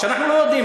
אנחנו לא יודעים,